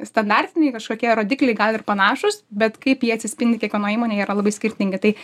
standartiniai kažkokie rodikliai gal ir panašūs bet kaip jie atsispindi kiekvienoj įmonėj jie yra labai skirtingi ta